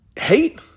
hate